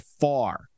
far